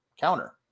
counter